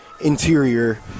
interior